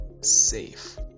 safe